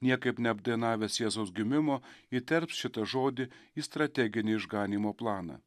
niekaip neapdainavęs jėzaus gimimo įterps šitą žodį į strateginį išganymo planą